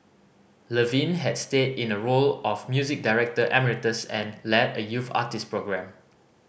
Levine had stayed in a role of music director emeritus and led a youth artist program